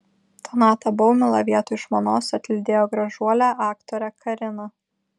donatą baumilą vietoj žmonos atlydėjo gražuolė aktorė karina